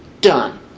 done